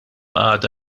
għadha